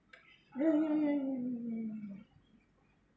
yeah yeah yeah yeah ya ya ya ya